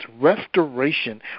restoration